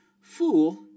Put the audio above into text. fool